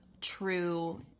true